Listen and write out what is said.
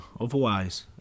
otherwise